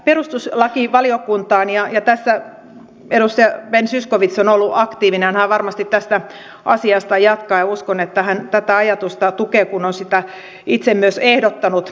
perustuslakivaliokuntaan ja tässä edustaja ben zyskowicz on ollut aktiivinen hän varmasti tästä asiasta jatkaa ja uskon että hän tätä ajatusta tukee kun on sitä itse myös ehdottanut